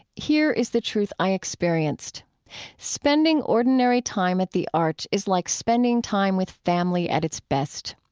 here is the truth i experienced spending ordinary time at the arch is like spending time with family at its best.